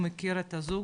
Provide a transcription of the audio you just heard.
הוא מכיר את הזוג,